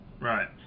Right